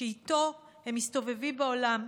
שאיתו הם מסתובבים בעולם,